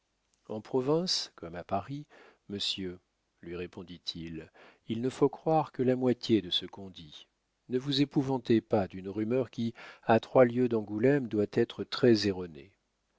en province comme à paris monsieur lui répondit-il il ne faut croire que la moitié de ce qu'on dit ne vous épouvantez pas d'une rumeur qui à trois lieues d'angoulême doit être très erronée